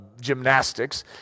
gymnastics